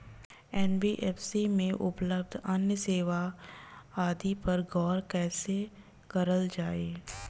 NBFC में उपलब्ध अन्य सेवा आदि पर गौर कइसे करल जाइ?